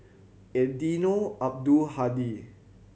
Eddino Abdul Hadi